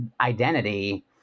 identity